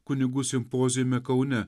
kunigų simpoziume kaune